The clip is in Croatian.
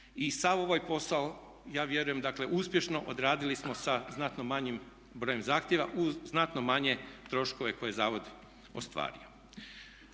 i sav ovaj posao ja vjerujem uspješno odradili smo sa znatno manjim brojem zahtjeva uz znatno manje troškove koje zavod ostvari.